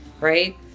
right